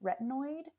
retinoid